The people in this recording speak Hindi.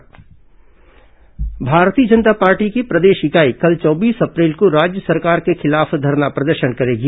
भाजपा धरना भारतीय जनता पार्टी की प्रदेश इकाई कल चौबीस अप्रैल को राज्य सरकार के खिलाफ धरना प्रदर्शन करेगी